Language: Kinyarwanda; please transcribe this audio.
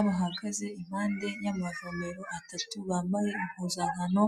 Abana bahagaze impande y'amavomero atatu, bambaye impuzankano